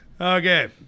Okay